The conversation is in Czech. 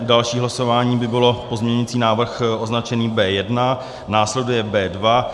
Další hlasování by byl pozměňovací návrh označený B1. Následuje B2.